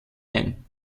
ein